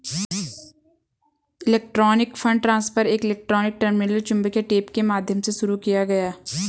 electronic fund transfer एक electronic terminal चुंबकीय tape के माध्यम से शुरू किया गया